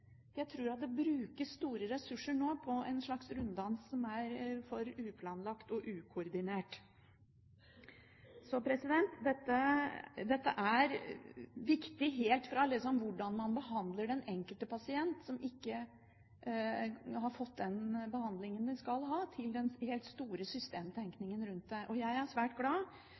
jeg tror at det brukes store ressurser nå på en slags runddans som er for uplanlagt og ukoordinert. Så dette er viktig helt fra hvordan man behandler den enkelte pasient som ikke har fått den behandlingen han skal ha, til den helt store systemtenkningen rundt det. Jeg er svært glad